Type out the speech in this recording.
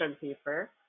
paper